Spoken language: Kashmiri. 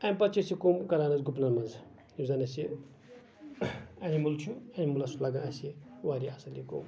امہِ پَتہٕ چھِ أسۍ یہِ کوٚم کَران حظ گُپنَن مَنٛز یُس زَن اَسہِ ایٚنِمٕل چھُ ایٚنمٕلَس چھُ لَگان اَسہِ یہِ واریاہ اَصٕل یہِ کوٚم